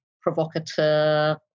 provocateur